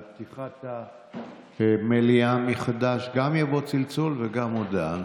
על פתיחת המליאה מחדש גם יבואו צלצול וגם הודעה.